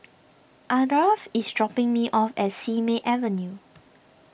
Ardath is dropping me off at Simei Avenue